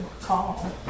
call